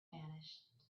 vanished